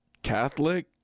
Catholic